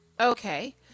Okay